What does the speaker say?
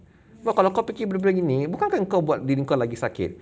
kalau kau fikir benda-benda ni bukankah kau buat diri kau lagi sakit